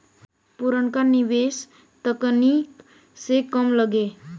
पुरनका निवेस तकनीक से कम लगे